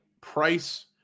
price